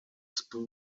spawn